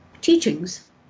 teachings